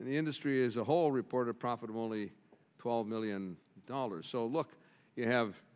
and the industry as a whole report a profit of only twelve million dollars so look you have